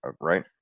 right